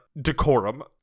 decorum